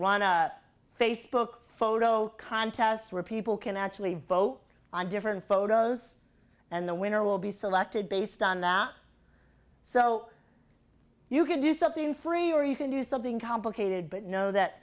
run a facebook photo contest where people can actually vote on different photos and the winner will be selected based on that so you can do something free or you can do something complicated but know that